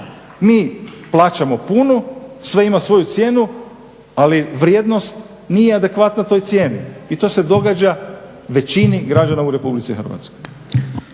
Mi plaćamo punu, sve ima svoju cijenu ali vrijednost nije adekvatna toj cijeni i to se događa većini građana u RH.